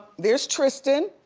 there's tristan,